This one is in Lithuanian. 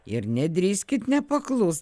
ir nedrįskit nepaklust